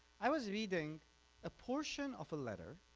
i was reading a portion of a letter